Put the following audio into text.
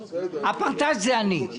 הפרטץ' זה אני.